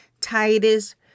Titus